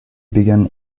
began